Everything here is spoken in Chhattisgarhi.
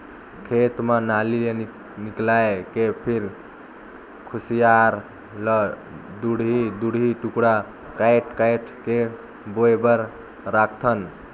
खेत म नाली ले निकायल के फिर खुसियार ल दूढ़ी दूढ़ी टुकड़ा कायट कायट के बोए बर राखथन